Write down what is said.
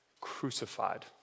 crucified